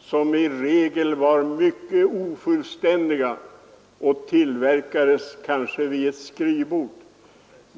som regel var ofullständiga och kanske tillverkade vid ett skrivbord?